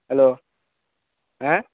hello হ্যাঁ